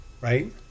Right